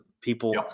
people